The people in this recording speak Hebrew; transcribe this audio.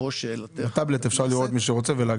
ככל שיש למישהו צפי והוא חושב שהריבית המוניטרית תמשיך ותעלה,